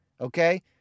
Okay